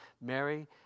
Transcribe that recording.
Mary